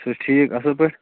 تُہۍ چھِ حَظ ٹھیٖک اَصٕل پٲٹھۍ